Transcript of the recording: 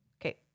okay